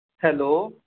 hello